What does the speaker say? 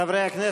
בעד חברי הכנסת,